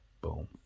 Boom